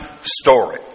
story